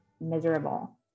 miserable